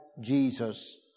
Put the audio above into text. Jesus